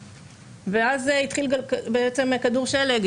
ואז התחיל בעצם כדור שלג.